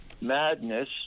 madness